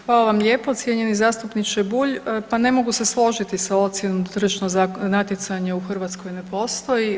Hvala vam lijepo cijenjeni zastupniče Bulj, pa ne mogu se složiti sa ocjenom da tržišno natjecanje u Hrvatskoj ne postoji.